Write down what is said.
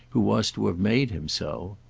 who was to have made him so.